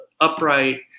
upright